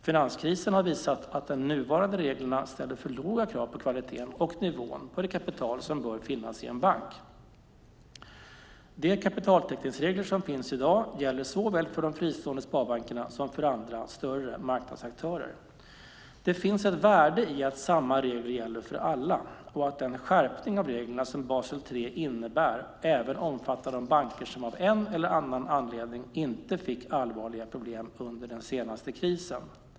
Finanskrisen har visat att nuvarande regler ställer för låga krav på kvaliteten och nivån på det kapital som bör finnas i en bank. De kapitaltäckningsregler som finns i dag gäller såväl för de fristående sparbankerna som för andra, större, marknadsaktörer. Det finns ett värde i att samma regler gäller för alla och att den skärpning av reglerna som Basel 3 innebär även omfattar de banker som av en eller annan anledning inte fick allvarliga problem under den senaste krisen.